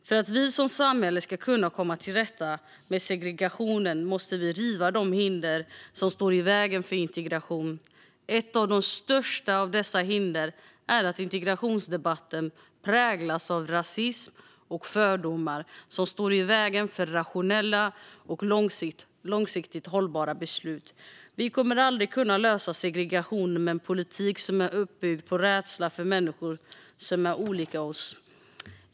För att vi som samhälle ska kunna komma till rätta med segregationen måste vi riva de hinder som står i vägen för integration. Ett av de största av dessa hinder är att integrationsdebatten präglas av rasism och fördomar som står i vägen för rationella och långsiktigt hållbara beslut. Vi kommer aldrig att kunna lösa segregationen med en politik som är uppbyggd på rädsla för människor som är olika oss.